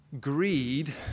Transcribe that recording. Greed